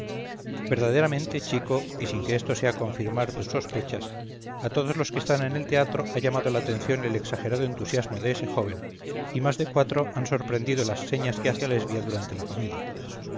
verdaderamente chico y sin que esto sea confirmar tus sospechas a todos los que están en el teatro ha llamado la atención el exagerado entusiasmo de ese joven y más de cuatro han sorprendido las señas que hace a lesbia durante la comedia